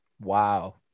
Wow